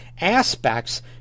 aspects